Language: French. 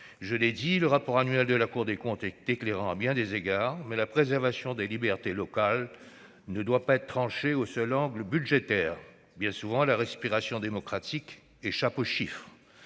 Je l'ai dit : le rapport annuel de la Cour des comptes est éclairant à bien des égards. Mais la préservation des libertés locales ne doit pas être tranchée selon le seul angle budgétaire. Bien souvent, la respiration démocratique échappe aux chiffres.